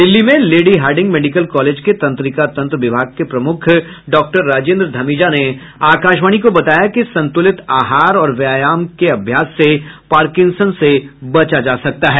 दिल्ली में Lady Hardinge Medical College के तंत्रिका तंत्र विभाग के प्रमुख डॉक्टर राजिन्दर धमीजा ने आकाशवाणी को बताया कि संतुलित आहार और व्यायाम के अभ्यास से पार्किंसन से बचा जा सकता है